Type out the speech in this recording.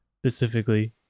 specifically